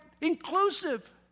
inclusive